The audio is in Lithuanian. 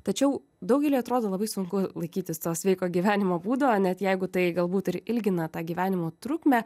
tačiau daugeliui atrodo labai sunku laikytis to sveiko gyvenimo būdo net jeigu tai galbūt ir ilgina tą gyvenimo trukmę